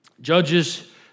Judges